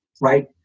Right